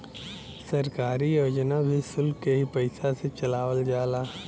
सरकारी योजना भी सुल्क के ही पइसा से चलावल जाला